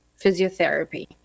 physiotherapy